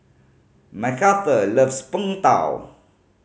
Macarthur loves Png Tao